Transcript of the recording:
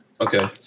okay